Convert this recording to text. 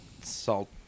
salt